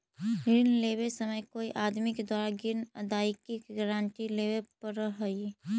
ऋण लेवे समय कोई आदमी के द्वारा ग्रीन अदायगी के गारंटी लेवे पड़ऽ हई